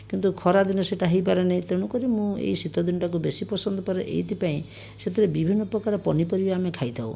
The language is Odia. କିନ୍ତୁ ଖରାଦିନେ ସେଇଟା ହେଇପାରେନାହିଁ ତେଣୁକରି ମୁଁ ଏଇ ଶୀତଦିନଟାକୁ ବେଶୀ ପସନ୍ଦ କରେ ଏଇଥିପାଇଁ ସେଥିରେ ବିଭିନ୍ନପ୍ରକାର ପନିପରିବା ଆମେ ଖାଇଥାଉ